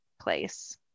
place